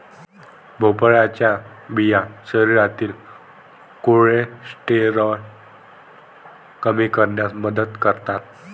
भोपळ्याच्या बिया शरीरातील कोलेस्टेरॉल कमी करण्यास मदत करतात